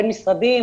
ביו משרדים,